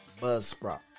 Buzzsprout